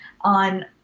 On